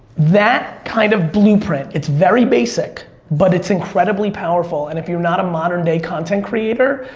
that kind of blueprint, it's very basic, but it's incredibly powerful. and if you're not a modern day content creator,